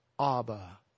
Abba